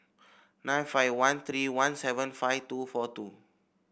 nine five one three one seven five two four two